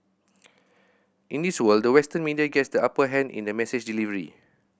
in this world the Western media gets the upper hand in the message delivery